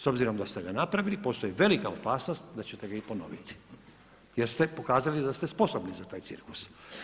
S obzirom da ste ga napravili postoji velika opasnost da ćete ga i ponoviti, jer ste pokazali da ste sposobni za taj cirkus.